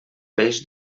peix